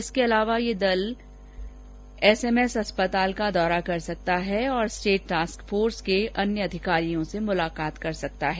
इसके अलावा यह दल एसएसएस अस्पताल का दौरा कर सकता है और स्टेट टास्क फोर्स के अन्य अधिकारियों से मुलाकात कर सकता है